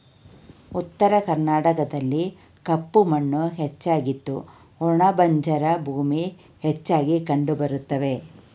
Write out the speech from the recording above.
ಉತ್ತರ ಕರ್ನಾಟಕದಲ್ಲಿ ಕಪ್ಪು ಮಣ್ಣು ಹೆಚ್ಚಾಗಿದ್ದು ಒಣ ಬಂಜರು ಭೂಮಿ ಹೆಚ್ಚಾಗಿ ಕಂಡುಬರುತ್ತವೆ